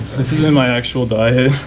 this isn't my actual diet.